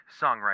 songwriter